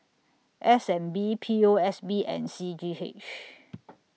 S N B P O S B and C G H